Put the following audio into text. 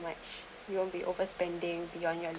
much you won't be overspending beyond your